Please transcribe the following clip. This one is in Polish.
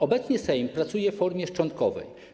Obecnie Sejm pracuje w formie szczątkowej.